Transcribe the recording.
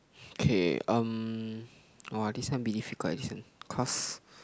K um !wah! this one a bit difficult this one cause